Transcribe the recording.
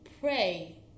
pray